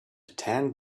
tan